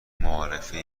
معارفه